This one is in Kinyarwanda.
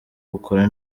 bukora